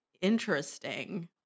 interesting